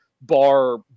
bar